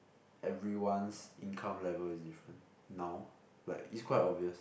everyone's income level is different now like it's quite obvious